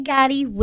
Gotti